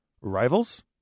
Rivals